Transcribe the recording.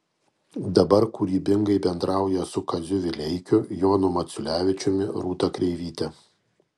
dabar kūrybingai bendrauja su kaziu vileikiu jonu maciulevičiumi rūta kreivyte